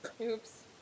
Oops